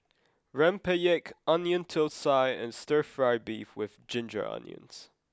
Rempeyek onion Thosai and stir fry beef with ginger onions